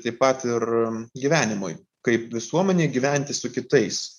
taip pat ir gyvenimui kaip visuomenėj gyventi su kitais